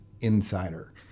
insider